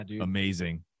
amazing